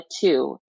two